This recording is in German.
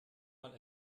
mal